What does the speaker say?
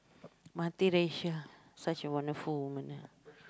multiracial such a wonderful woman ah